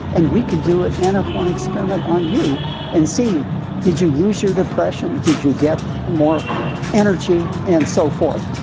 and we could do an n of one experiment on you and see did you lose your depression, did you get more energy and so forth.